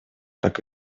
так